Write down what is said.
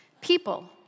people